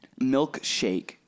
milkshake